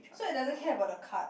so it doesn't care about the card